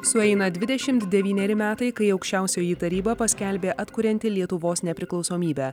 sueina dvidešimt devyneri metai kai aukščiausioji taryba paskelbė atkurianti lietuvos nepriklausomybę